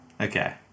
okay